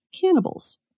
cannibals